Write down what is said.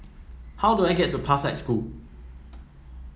how do I get to Pathlight School